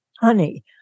Honey